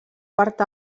part